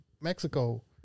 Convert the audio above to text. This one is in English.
Mexico